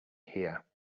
here